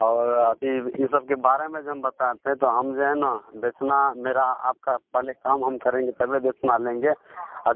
और अथी ई सबके बारे में जो हम बताते हैं तो हम जो हैं न दक्षिणा मेरा आपका पहले काम हम करेंगे तबे दक्षिणा लेंगे